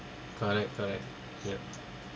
correct correct ya